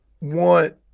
want